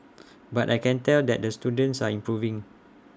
but I can tell that the students are improving